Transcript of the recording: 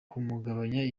kugabanya